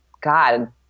God